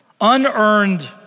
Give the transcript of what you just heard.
Unearned